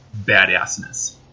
badassness